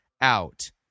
out